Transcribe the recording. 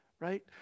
right